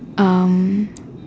um